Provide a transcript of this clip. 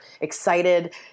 excited